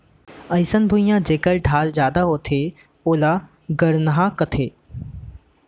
अइसन भुइयां जेकर ढाल जादा होथे ओला गरनहॉं कथें